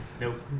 Nope